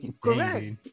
correct